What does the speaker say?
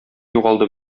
югалды